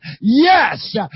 Yes